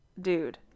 dude